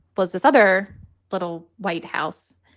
was this other little white house?